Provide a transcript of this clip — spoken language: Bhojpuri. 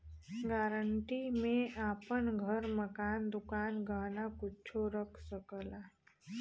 गारंटी में आपन घर, मकान, दुकान, गहना कुच्छो रख सकला